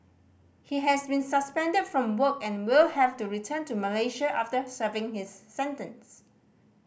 he has been suspended from work and will have to return to Malaysia after serving his sentence